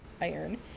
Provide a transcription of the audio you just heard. iron